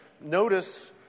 Notice